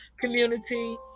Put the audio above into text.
community